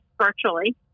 virtually